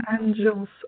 angels